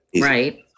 Right